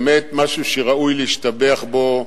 באמת משהו שראוי להשתבח בו,